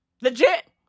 Legit